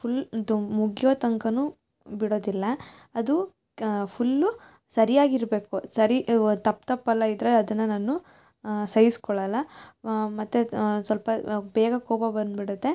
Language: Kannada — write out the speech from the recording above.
ಫುಲ್ ದು ಮುಗ್ಯೋತನಕ ಬಿಡೋದಿಲ್ಲ ಅದು ಫುಲ್ಲು ಸರಿಯಾಗಿರಬೇಕು ಸರಿ ತಪ್ಪು ತಪ್ಪು ಎಲ್ಲ ಇದ್ದರೆ ಅದನ್ನು ನಾನು ಸಹಿಸ್ಕೊಳೋಲ್ಲ ಮತ್ತು ಸ್ವಲ್ಪ ಬೇಗ ಕೋಪ ಬಂದುಬಿಡುತ್ತೆ